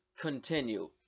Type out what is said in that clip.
continue